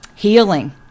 Healing